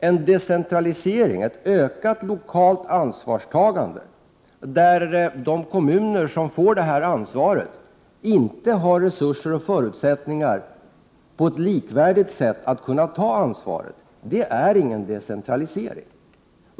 En decentralisering, ett ökat lokalt ansvarstagande, som innebär att de kommuner som får detta ansvar inte har resurser och förutsättningar på ett likvärdigt sätt att kunna ta ansvaret, är ingen decentralisering.